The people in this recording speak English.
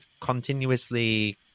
continuously